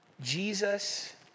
Jesus